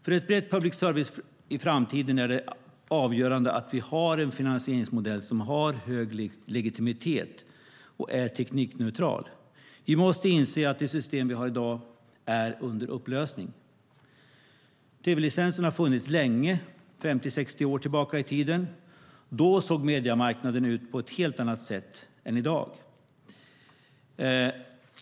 För ett brett public service i framtiden är det avgörande att vi har en finansieringsmodell som har hög legitimitet och är teknikneutral. Vi måste inse att det system vi har i dag är under upplösning. Tv-licensen har funnits länge, 50-60 år tillbaka i tiden. Då såg mediemarknaden ut på ett helt annat sätt än i dag.